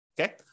okay